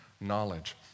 knowledge